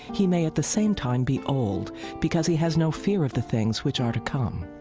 he may at the same time be old because he has no fear of the things which are to come.